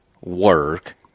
work